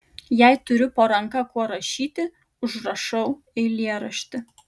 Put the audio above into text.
jei turiu po ranka kuo rašyti užrašau eilėraštį